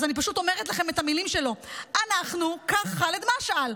אז אני פשוט אומרת לכם את המילים שלו: "אנחנו" כך חאלד משעל,